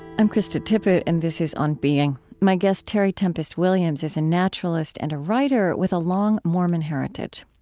i'm krista tippett, and this is on being. my guest, terry tempest williams, is a naturalist and a writer with a long mormon heritage.